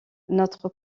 notre